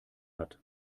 hat